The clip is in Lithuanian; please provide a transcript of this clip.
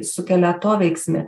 sukelia atoveiksmį